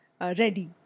ready